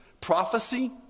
prophecy